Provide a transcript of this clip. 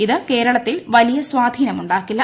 ഇതു കേരളത്തിൽ വലിയ സ്വാധീനമുണ്ടാക്കില്ല